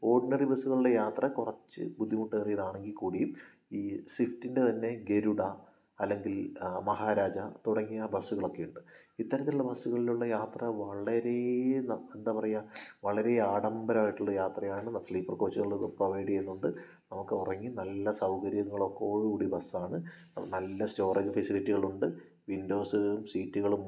ordinary ബസ്സുകളുടെ യാത്ര കുറച്ച് ബുദ്ധിമുട്ടേറിയതാണെങ്കിൽക്കൂടിയും ഈ സ്വിഫ്റ്റിൻ്റെ തന്നെ ഗരുഡ അല്ലെങ്കിൽ മഹാരാജ തുടങ്ങിയ ബസ്സുകളൊക്കെയുണ്ട് ഇത്തരത്തിലുള്ള ബസ്സുകളിലുള്ള യാത്ര വളരേ എന്നാൽ എന്താ പറയുക വളരെ ആഡംബരമായിട്ടുള്ള യാത്രയാണ് സ്ലീപ്പർ കോച്ചുകൾ പ്രൊവൈഡ് ചെയ്യുന്നുണ്ട് നമുക്ക് ഉറങ്ങി നല്ല സൗകര്യങ്ങളൊക്കെയോടുകൂടിയ ബസ്സാണ് നല്ല സ്റ്റോറേജ് ഫെസിലിറ്റികളുണ്ട് വിൻഡോസുകളും സീറ്റുകളും